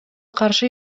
каршы